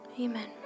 Amen